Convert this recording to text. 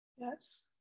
yes